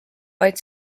vaid